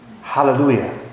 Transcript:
Hallelujah